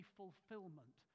fulfillment